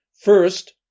First